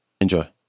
Enjoy